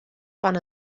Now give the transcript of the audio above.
fan